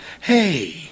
hey